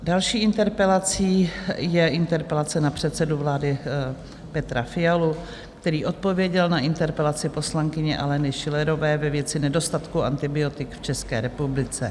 Další interpelací je interpelace na předsedu vlády Petra Fialu, který odpověděl na interpelaci poslankyně Aleny Schillerové ve věci nedostatku antibiotik v České republice.